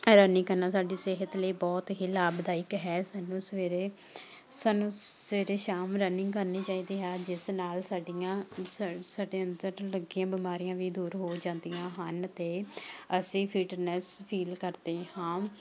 running ਕਰਨਾ ਸਾਡੀ ਸਿਹਤ ਲਈ ਬਹੁਤ ਹੀ ਲਾਭਦਾਇਕ ਹੈ ਸਾਨੂੰ ਸਵੇਰੇ ਸਾਨੂੰ ਸਵੇਰੇ ਸ਼ਾਮ ਰਨਿੰਗ ਕਰਨੀ ਚਾਹੀਦੀ ਹੈ ਜਿਸ ਨਾਲ ਸਾਡੀਆਂ ਸਾਡ ਸਾਡੇ ਅੰਦਰ ਲੱਗੀਆਂ ਬਿਮਾਰੀਆਂ ਵੀ ਦੂਰ ਹੋ ਜਾਂਦੀਆਂ ਹਨ ਅਤੇ ਅਸੀਂ ਫਿਟਨੈਸ ਫੀਲ ਕਰਦੇ ਹਾਂ